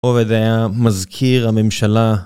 עובד היה מזכיר הממשלה